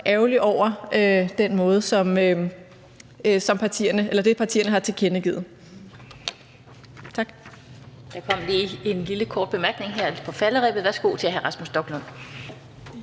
ærgerlig over det, som partierne har tilkendegivet.